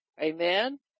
amen